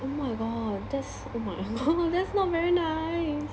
oh my god that's oh my no that's not very nice